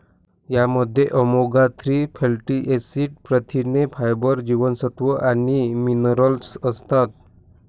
यामध्ये omega three fatty acid, प्रथिने, fibre, जीवनसत्व आणि मिनरल्स असतात